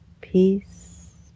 peace